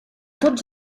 tots